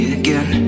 again